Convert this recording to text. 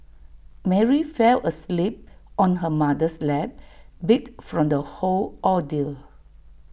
Mary fell asleep on her mother's lap beat from the whole ordeal